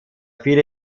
viele